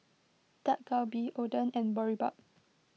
Dak Galbi Oden and Boribap